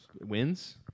wins